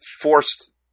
forced